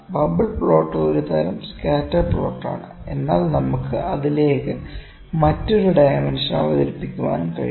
bubble plot ഒരു തരം scatter പ്ലോട്ടാണ് എന്നാൽ നമുക്ക് അതിലേക്ക് മറ്റൊരു ഡൈമെൻഷൻ അവതരിപ്പിക്കാനും കഴിയും